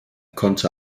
konnte